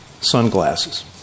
sunglasses